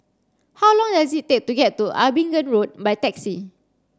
how long does it take to get to Abingdon Road by taxi